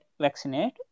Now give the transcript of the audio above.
vaccinate